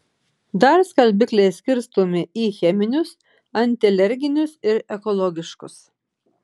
dar skalbikliai skirstomi į cheminius antialerginius ir ekologiškus